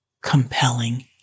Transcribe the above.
compelling